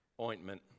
ointment